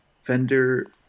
Fender